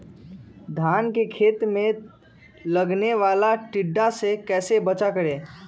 धान के खेत मे लगने वाले टिड्डा से कैसे बचाओ करें?